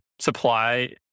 supply